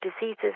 diseases